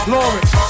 Lawrence